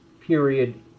Period